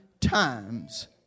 times